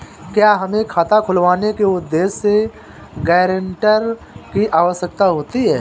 क्या हमें खाता खुलवाने के उद्देश्य से गैरेंटर की आवश्यकता होती है?